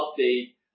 update